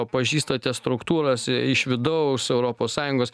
pažįstate struktūras i iš vidaus europos sąjungos